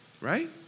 Right